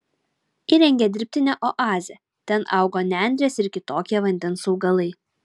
įrengė dirbtinę oazę ten augo nendrės ir kitokie vandens augalai